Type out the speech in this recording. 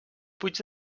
puig